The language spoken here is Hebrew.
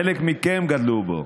חלק מכם גדלו בו,